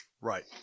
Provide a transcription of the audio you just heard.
Right